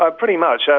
ah pretty much. yeah